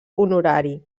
honorari